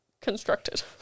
constructed